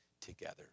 together